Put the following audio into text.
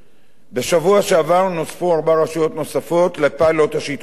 בשבוע שעבר נוספו ארבע רשויות נוספות לפיילוט השיטור העירוני,